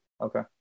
okay